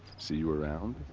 see you around.